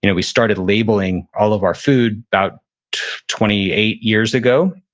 you know we started labeling all of our food about twenty eight years ago,